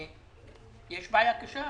יש בעיה קשה,